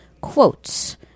quotes